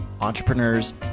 entrepreneurs